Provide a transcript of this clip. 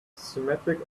symmetric